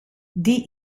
die